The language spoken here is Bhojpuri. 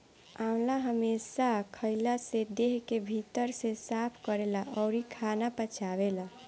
आंवला हमेशा खइला से देह के भीतर से साफ़ करेला अउरी खाना पचावेला